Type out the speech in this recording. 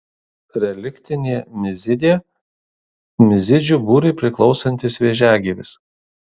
reliktinė mizidė mizidžių būriui priklausantis vėžiagyvis